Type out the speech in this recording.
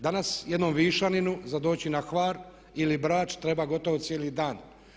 Danas jednom Višaninu za doći na Hvar ili Brač treba gotovo cijeli dan.